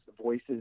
voices